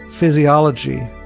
Physiology